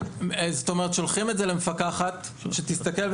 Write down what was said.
שולחים את זה למפקחת שתסתכל,